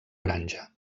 granja